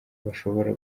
bashobora